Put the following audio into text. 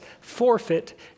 forfeit